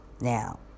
Now